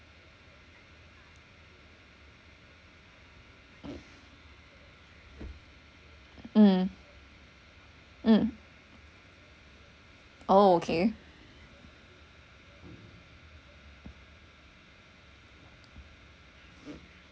mm mm oh okay